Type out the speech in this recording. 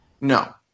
No